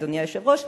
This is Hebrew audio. אדוני היושב-ראש,